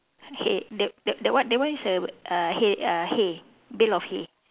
hay that that that one that one is a uh hay uh hay bale of hay